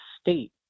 state